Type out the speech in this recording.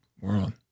world